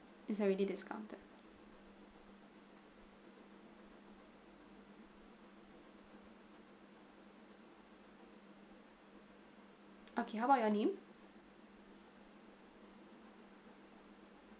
it's already discounted okay how about your name